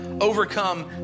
overcome